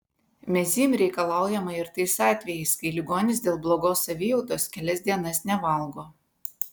mezym reikalaujama ir tais atvejais kai ligonis dėl blogos savijautos kelias dienas nevalgo